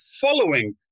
following